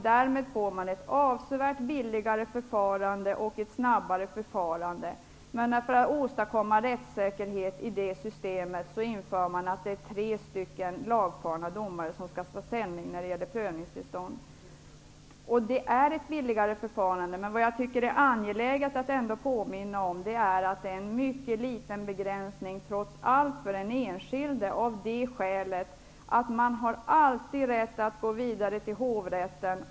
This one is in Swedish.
Därmed får man ett avsevärt billigare förfarande och ett snabbare förfarande, men för att åstadkomma rättssäkerhet i det systemet inför man att tre stycken lagfarna domare skall ta ställning när det gäller prövningstillstånd. Det är ett billigt förfarande, men jag tycker att det är angeläget att ändå påminna om att det trots allt är en mycket liten begränsning för den enskilde, av det skälet att man alltid har rätt att gå vidare till hovrätten.